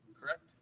Correct